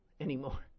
anymore